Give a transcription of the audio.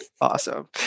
awesome